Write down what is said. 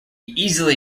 easily